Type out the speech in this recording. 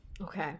Okay